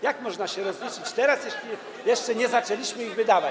Jak można się rozliczyć teraz, jeśli jeszcze nie zaczęliśmy ich wydawać?